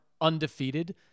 undefeated